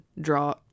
draw